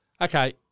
Okay